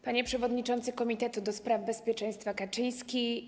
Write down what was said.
Panie Przewodniczący Komitetu ds. Bezpieczeństwa Kaczyński!